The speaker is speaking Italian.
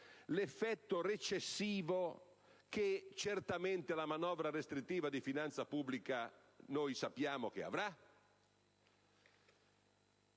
l'effetto recessivo che certamente la manovra restrittiva di finanza pubblica determinerà.